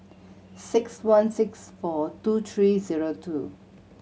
six one six four two three zero two